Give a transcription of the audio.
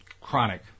chronic